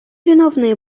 виновные